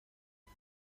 son